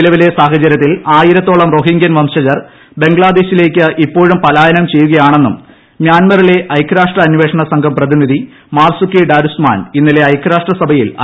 നിലവിലെ സാഹചരൃത്തിൽ ആയിരത്തോളം റോഹിങ്ക്യൻ വംശജർ ബംഗ്ലാദേശിലേക്ക് ഇപ്പോഴും പലായനം ചെയ്യുകയാണെന്നും മ്യാൻമറിലെ ഐക്യരാഷ്ട്ര അന്വേഷണ സംഘം പ്രതിനിധി മാർസുകി ഡാരുസ്മാൻ ഇന്നലെ ഐക്യരാഷ്ട്ര സഭയിൽ അറിയിച്ചു